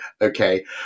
okay